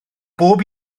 bob